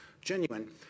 genuine